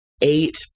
Eight